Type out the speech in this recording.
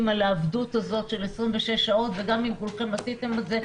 על העבדות הזאת של 26 שעות וגם אם כולכם עשיתם את זה,